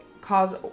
cause